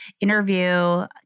interview